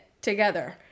together